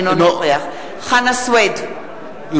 אינו נוכח חנא סוייד,